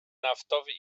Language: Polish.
naftowi